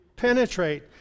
penetrate